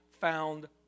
found